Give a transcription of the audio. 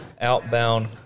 outbound